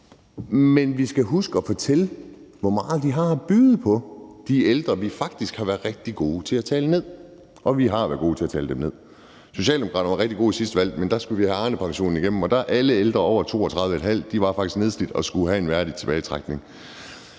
men vi skal huske at fortælle, hvor meget de ældre, som vi faktisk har været rigtig gode til at tale ned, har at byde på. Og vi har været gode til at tale dem ned; Socialdemokraterne var rigtig gode til det ved sidste valg. Der skulle man have Arnepensionen igennem, og der var alle ældre over 32½ år faktisk nedslidt og skulle have en værdig tilbagetrækning.